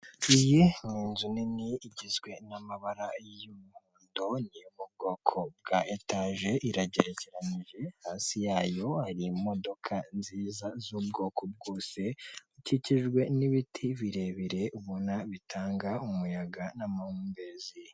Iyi ni inzu nini igizwe n'ambara y'umuhondo yo mu bwoko bwa etage iragerekeranyije hasi yayo hari imodoka nziza z'ubwoko bwose, ikikijwe n'ibiti birebire ubona bitanga umuyaga n'amahumbezi.